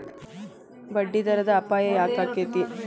ಬಡ್ಡಿದರದ್ ಅಪಾಯ ಯಾಕಾಕ್ಕೇತಿ?